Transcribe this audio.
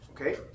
Okay